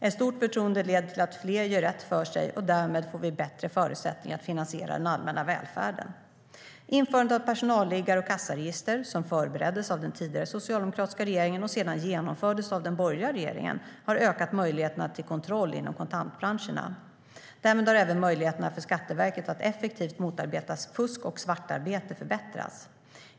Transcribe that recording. Ett stort förtroende leder till att fler gör rätt för sig, och därmed får vi bättre förutsättningar att finansiera den allmänna välfärden. Införandet av personalliggare och kassaregister, som förbereddes av den tidigare socialdemokratiska regeringen och sedan genomfördes av den borgerliga regeringen, har ökat möjligheterna till kontroll inom kontantbranscherna. Därmed har även möjligheterna för Skatteverket att effektivt motarbeta fusk och svartarbete förbättrats.